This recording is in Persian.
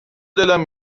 دلم